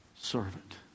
servant